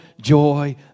joy